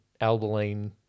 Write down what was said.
albaline